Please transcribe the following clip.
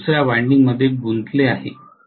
हे दुसर्या वायंडिंगमध्ये गुंतले आहे